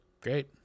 great